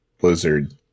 Blizzard